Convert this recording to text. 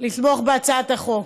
לתמוך בהצעת החוק.